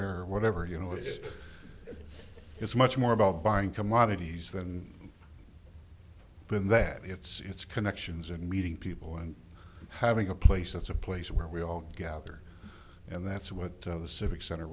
or whatever you know is it's much more about buying commodities than when that it's connections and meeting people and having a place that's a place where we all gather and that's what the civic center